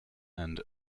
and